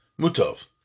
mutov